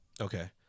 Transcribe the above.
Okay